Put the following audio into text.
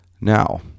Now